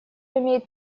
имеет